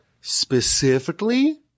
specifically